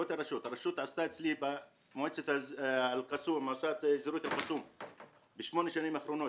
הרשות עשתה אצלי במועצת אל קסום בשמונה השנים האחרונות